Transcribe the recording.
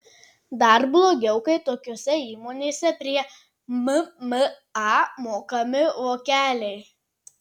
dar blogiau kai tokiose įmonėse prie mma mokami vokeliai